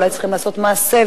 אולי צריכים לעשות מעשה,